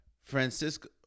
Francisco